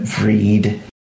read